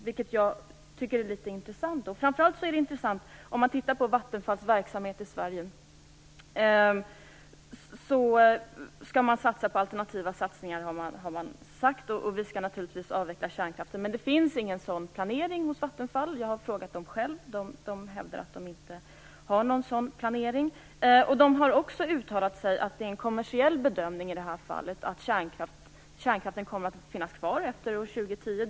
Det tycker jag är intressant, framför allt om man tittar på Vattenfalls verksamhet i Sverige. Man skall genomföra alternativa satsningar har det sagts, och vi skall naturligtvis avveckla kärnkraften. Men det finns ingen sådan planering hos Vattenfall. Jag har själv frågat, och de hävdar att de inte har någon sådan planering. De har också uttalat sig om att det i det här fallet är en kommersiell bedömning att kärnkraften kommer att finnas kvar efter år 2010.